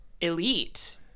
elite